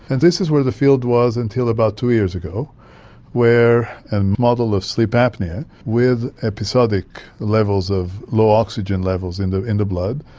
and this is where the field was until about two years ago where a and model of sleep apnoea with episodic levels of low oxygen levels in the in the blood,